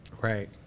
Right